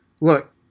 look